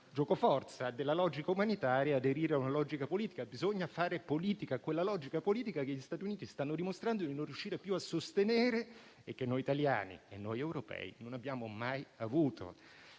giocoforza - della logica umanitaria e aderire ad una logica politica. Bisogna fare politica, con quella logica politica che gli Stati Uniti stanno dimostrando di non riuscire più a sostenere e che noi italiani e noi europei non abbiamo mai avuto.